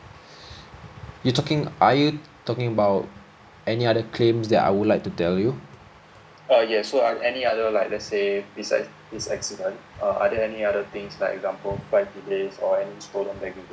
you talking are you talking about any other claims that I would like to tell you